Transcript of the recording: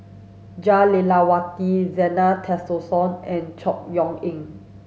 Jah Lelawati Zena Tessensohn and Chor Yeok Eng